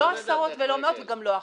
לא עשרות, לא מאות וגם לא אחת.